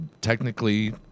technically